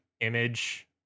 image